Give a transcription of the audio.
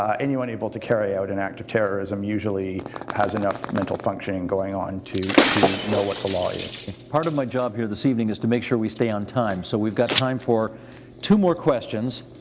anyone able to carry out an act of terrorism usually has enough mental function going on to to know what the law is. sp part of my job here this evening is to make sure we stay on time. so we've got time for two more questions.